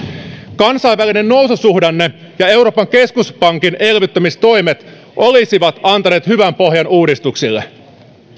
kansainvälinen noususuhdanne ja euroopan keskuspankin elvyttämistoimet olisivat antaneet hyvän pohjan uudistuksille